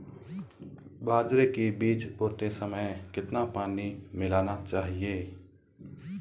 बाजरे के बीज बोते समय कितना पानी मिलाना चाहिए?